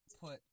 put